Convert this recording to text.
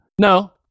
No